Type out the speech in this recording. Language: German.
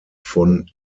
von